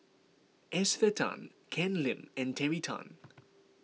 Esther Tan Ken Lim and Terry Tan